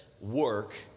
work